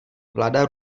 vláda